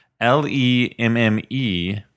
L-E-M-M-E